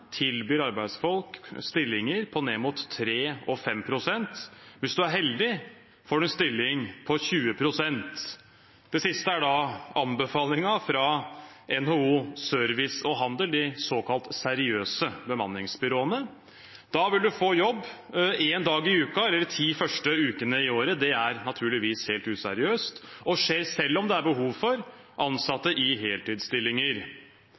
tilbyr arbeidsfolk stillinger på ned mot 3 og 5 pst. Hvis man er heldig, får man en stilling på 20 pst. Det siste er anbefalingen fra NHO Service og Handel – de såkalt seriøse bemanningsbyråene. Da vil man få jobb én dag i uken eller de ti første ukene i året. Det er naturligvis helt useriøst, og det skjer selv om det er behov for